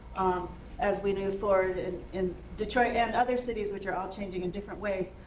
um as we move forward and in detroit and other cities, which are all changing in different ways,